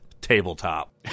tabletop